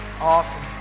Awesome